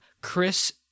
Chris